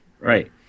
Right